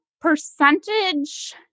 percentage